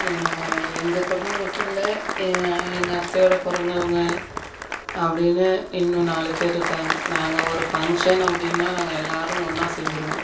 ஏ எங்கள் குடும்பம் மட்டும் இல்லை என் எங்கள் அத்தையோடு பிறந்தவங்க அப்படின்னு இன்னும் நாலு பேர் இருக்காங்க நாங்கள் ஒரு ஃபங்க்ஷன் அப்படின்னா நாங்கள் எல்லோரும் ஒன்னாக சேந்துடுவோம்